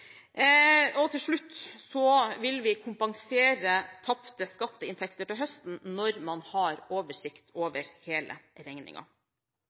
Til slutt vil vi kompensere tapte skatteinntekter til høsten når man har oversikt over hele